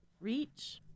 reach